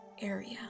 Area